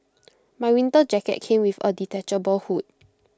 my winter jacket came with A detachable hood